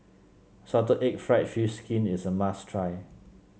Salted Egg fried fish skin is a must try